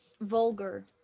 vulgar